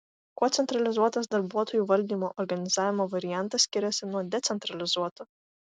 kuo centralizuotas darbuotojų valdymo organizavimo variantas skiriasi nuo decentralizuoto